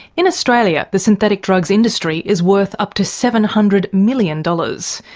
in australia, the synthetic drugs industry is worth up to seven hundred million dollars.